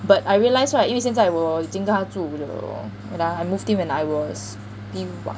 but I realise right 因为现在我已经跟她住了 lor and I moved in when I was P one